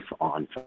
on